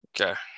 okay